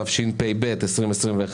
התשפ"ב-2021,